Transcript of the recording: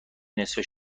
نصفه